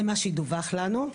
זה מה שדווח לנו.